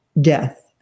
death